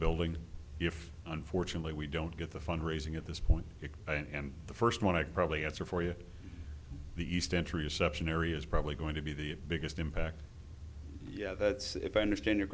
building if unfortunately we don't get the fund raising at this point and the first one i probably answer for you the east entry reception area is probably going to be the biggest impact yeah that's if i understand your